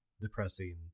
depressing